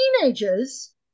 teenagers